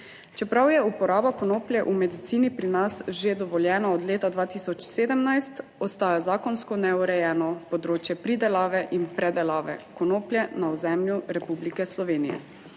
Čeprav je uporaba konoplje v medicini pri nas že dovoljena od leta 2017 ostaja zakonsko neurejeno področje pridelave in predelave konoplje na ozemlju Republike Slovenije.